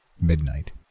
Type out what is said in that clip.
midnight